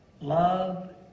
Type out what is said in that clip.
love